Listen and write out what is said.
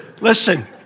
listen